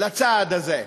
לצעד הזה,